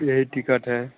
यही टिकट है